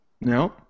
No